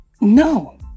No